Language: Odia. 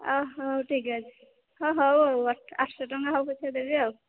ଅ ହଉ ଠିକ୍ ଅଛି ହ ହଉ ଆଠଶହ ଟଙ୍କା ହଉ ପଛେ ଦେବି ଆଉ